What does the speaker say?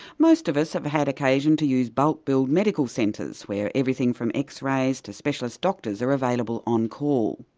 most of us have had occasion to use bulk-billed medical centres, where everything from x-rays to specialist doctors are available on call.